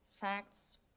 facts